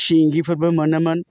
सिंगिफोरबो मोनोमोन